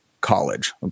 college